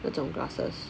那种 glasses